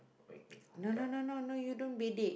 make make make-up oh